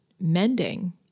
mending